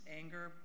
anger